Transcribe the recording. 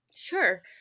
Sure